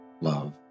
love